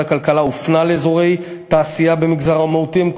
הכלכלה הופנה לאזורי תעשייה במגזר המיעוטים,